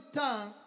tongue